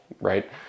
right